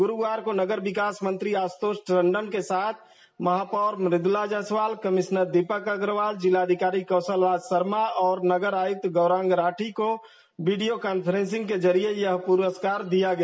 गुरुवार को नगर विकास मंत्री आशुतोष टंडन को साथ महापौर मृदुला जायसवाल कमिश्नर दीपक अग्रवाल जिलाधिकारी कौशल राज शर्मा और नगर आयुक्त गौरांग राठी को वीडियो कांफ्रेंसिंग के जरिये यह पुरस्कार दिया गया